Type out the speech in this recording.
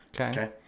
Okay